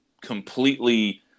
completely